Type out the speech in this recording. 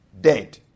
dead